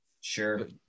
sure